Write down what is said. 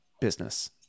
business